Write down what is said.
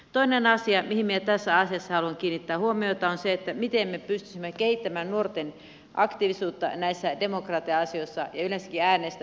toinen asia mihin minä tässä asiassa haluan kiinnittää huomiota on se miten me pystyisimme kehittämään nuorten aktiivisuutta näissä demokratia asioissa ja yleensäkin äänestämisessä